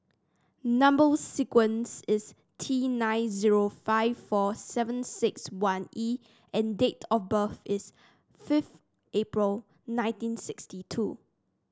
number sequence is T nine zero five four seven six one E and date of birth is fifth April nineteen sixty two